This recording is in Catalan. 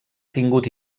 tingut